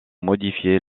modifier